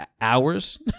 hours